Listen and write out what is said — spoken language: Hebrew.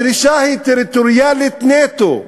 הדרישה היא טריטוריאלית נטו: